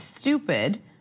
stupid